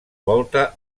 volta